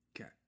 Okay